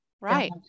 Right